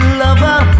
lover